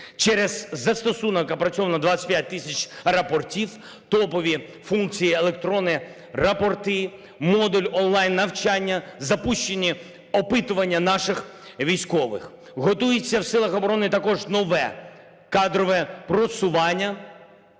Через застосунок опрацьовано 25 тисяч рапортів, топові функції, електронні рапорти, модуль онлайн-навчання, запущені опитування наших військових. Готується в силах оборони також нове кадрове просування